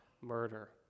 murder